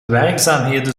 werkzaamheden